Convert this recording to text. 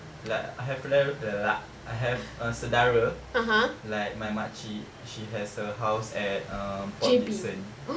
like I have a ble~ I have a sedara like my makcik she has a house at um port dickson